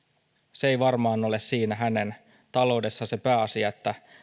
se ei varmaan ole siinä hänen taloudessaan se pääasia